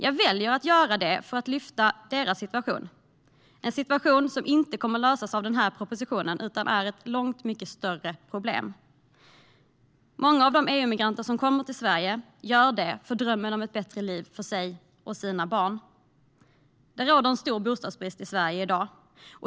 Jag väljer att göra det för att lyfta upp deras situation. Det är en situation som inte kommer att lösas av propositionen utan är ett långt mycket större problem. Många av de EU-migranter som kommer till Sverige gör det för drömmen om ett bättre liv för sig och sina barn. Det råder stor bostadsbrist i Sverige i dag.